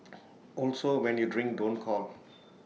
also when you drink don't call